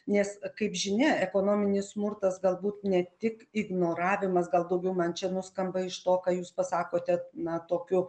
nes kaip žinia ekonominis smurtas galbūt ne tik ignoravimas gal daugiau man čia nuskamba iš to ką jūs pasakote na tokiu